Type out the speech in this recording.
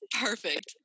Perfect